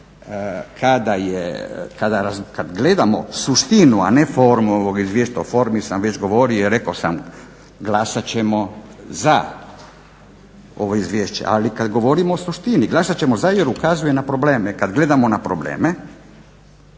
kada je, kad gledamo suštinu a ne formu ovog izvješća. O formi sam već govorio i reko sam glasat ćemo za ovo izvješće. Ali kad govorimo o suštini glasat ćemo za jer ukazuje na probleme. Kad gledamo na probleme